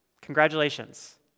Congratulations